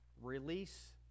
release